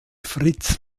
fritz